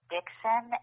Dixon